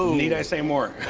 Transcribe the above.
need i say more?